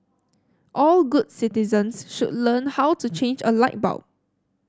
all good citizens should learn how to change a light bulb